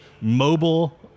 mobile